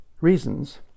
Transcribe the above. reasons